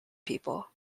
people